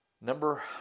Number